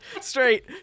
straight